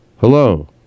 hello